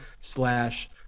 slash